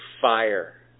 fire